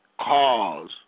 cause